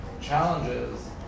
challenges